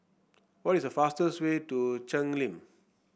what is the fastest way to Cheng Lim